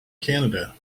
canada